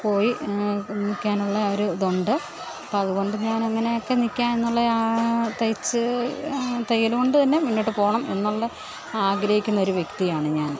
പോയി നിൽക്കാനുള്ള ആ ഒരു ഇതുണ്ട് അപ്പം അത് കൊണ്ട് ഞാൻ അങ്ങനെയൊക്കെ നിൽക്കുക എന്നുള്ളയാളണ് തയ്ച്ചു തയ്യൽ കൊണ്ട് തന്നെ മുന്നോട്ട് പോകണം എന്നൊള്ള ആഗ്രഹിക്കുന്ന ഒരു വ്യക്തിയാണ് ഞാൻ